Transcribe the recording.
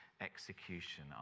execution